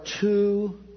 two